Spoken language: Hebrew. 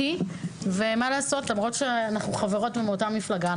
למרות שאנחנו חברות באות מפלגה,